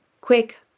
quick